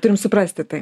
turim suprasti tai